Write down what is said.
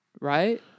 right